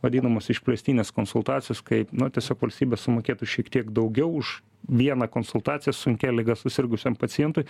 vadinamos išplėstinės konsultacijos kaip nu tiesiog valstybės sumokėtų šiek tiek daugiau už vieną konsultaciją sunkia liga susirgusiam pacientui